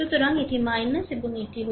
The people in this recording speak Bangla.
সুতরাং এটি এবং এটি হল